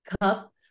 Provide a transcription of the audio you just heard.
cup